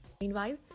Meanwhile